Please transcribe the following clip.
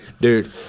dude